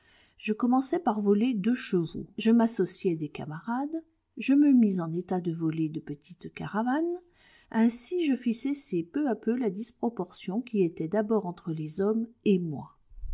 je commençai par voler deux chevaux je m'associai des camarades je me mis en état de voler de petites caravanes ainsi je fis cesser peu à peu la disproportion qui était d'abord entre les hommes et moi